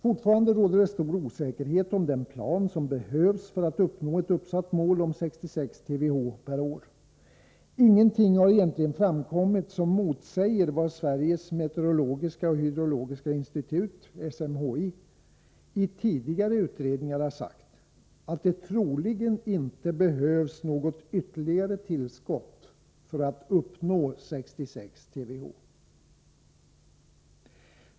Fortfarande råder stor osäkerhet om den plan som behövs för att uppnå ett uppsatt mål om 66 TWh år.